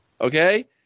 okay